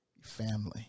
Family